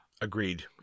Agreed